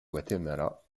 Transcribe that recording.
guatemala